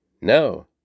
No